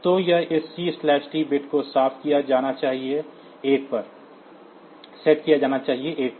तो यहाँ इस CT बिट को सेट किया जाना चाहिए 1 पर